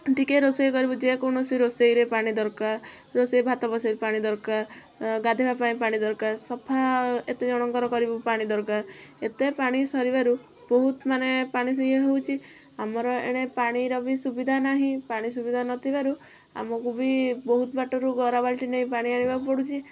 ଟିକେ ରୋଷେଇ କରିବୁ ଯେ କୌଣସି ରୋଷେଇରେ ପାଣି ଦରକାର ରୋଷେଇ ଭାତ ବସାଇବୁ ପାଣି ଦରକାର ଗାଧୋଇବା ପାଇଁ ପାଣି ଦରକାର ସଫା ଏତେ ଜଣଙ୍କର କରିବୁ ପାଣି ଦରକାର ଏତେ ପାଣି ସରିବାରୁ ବହୁତ ମାନେ ପାଣି ଇଏ ହେଉଛି ଆମର ଏଣେ ପାଣିର ବି ସୁବିଧା ନାହିଁ ପାଣି ସୁବିଧା ନଥିବାରୁ ଆମକୁ ବି ବହୁତ ବାଟରୁ ଗରା ବାଲଟି ନେଇକି ପାଣି ଆଣିବାକୁ ପଡ଼ୁଛି